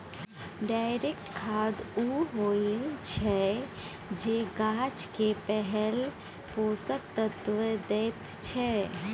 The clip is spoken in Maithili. डायरेक्ट खाद उ होइ छै जे गाछ केँ पहिल पोषक तत्व दैत छै